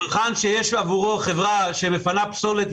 צרכן שיש עבורו חברה שמפנה פסולת,